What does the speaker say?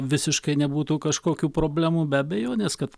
visiškai nebūtų kažkokių problemų be abejonės kad